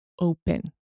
open